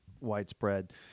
widespread